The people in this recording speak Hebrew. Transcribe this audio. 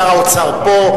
שר האוצר פה,